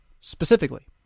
specifically